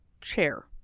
chair